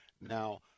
Now